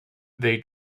they